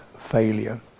failure